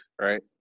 Right